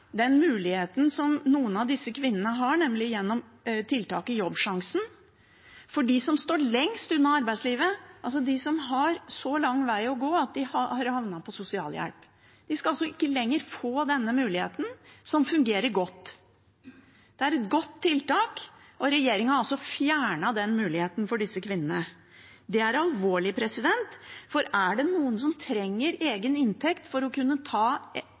den muligheten som noen av disse kvinnene har, nemlig gjennom tiltaket Jobbsjansen. De som står lengst unna arbeidslivet, altså de som har så lang vei å gå at de har havnet på sosialhjelp, skal ikke lenger få denne muligheten, som fungerer godt. Det er et godt tiltak, og regjeringen har fjernet den muligheten for disse kvinnene. Det er alvorlig, for er det noen som trenger egen inntekt for å kunne ta